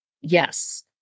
Yes